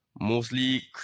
mostly